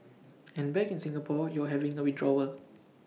and back in Singapore you're having A withdrawal